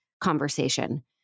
conversation